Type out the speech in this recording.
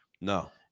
No